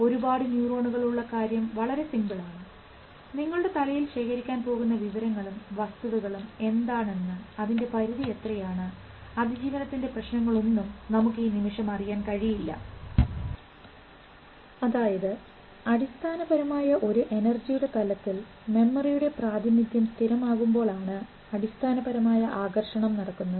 ഒരുപാട് ന്യൂറോണുകൾ ഉള്ള കാര്യം വളരെ സിമ്പിളാണ് നിങ്ങളുടെ തലയിൽ ശേഖരിക്കാൻ പോകുന്നു വിവരങ്ങളും വസ്തുതകളും എന്താണ് എന്ന് അതിൻറെ പരിധി എത്രയാണ് അതിജീവനത്തിൻറെ പ്രശ്നങ്ങളൊന്നും നമുക്ക് ഈ നിമിഷം അറിയാൻ കഴിയില്ല അതായത് അടിസ്ഥാനപരമായ ഒരു എനർജിയുടെ തലത്തിൽ മെമ്മറിയുടെ പ്രാതിനിധ്യം സ്ഥിരം ആകുമ്പോൾ ആണ് അടിസ്ഥാനപരമായ ആകർഷണം നടക്കുന്നത്